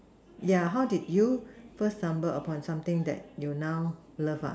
yeah how did you first stumble upon something that you now love